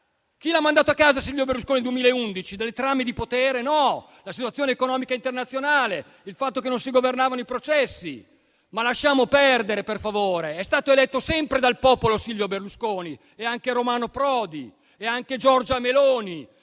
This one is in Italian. Chi ha mandato a casa Silvio Berlusconi nel 2011? Sono state delle trame di potere? No, la situazione economica internazionale e il fatto che non si governavano i processi. Lasciamo perdere, per favore. È stato eletto sempre dal popolo Silvio Berlusconi, così come Romano Prodi e anche Giorgia Meloni.